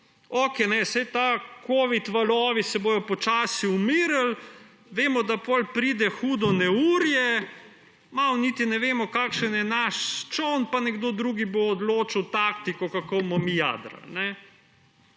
okej, saj covid valovi se bodo počasi umirili, vemo, da potem pride hudo neurje, malo niti ne vemo, kakšen je naš čoln, pa nekdo drug bo odločal o taktiki, kako bomo mi jadrali.